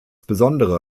besondere